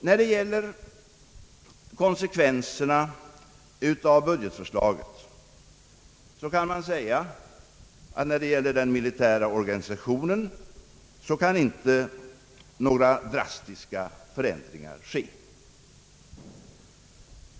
När det gäller konsekvenserna av budgetförslaget kan man säga, att det inte sker några drastiska förändringar i den militära organisationen.